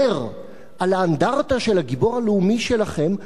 זר על האנדרטה של הגיבור הלאומי שלכם,